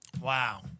Wow